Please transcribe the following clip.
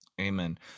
Amen